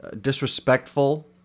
disrespectful